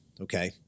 okay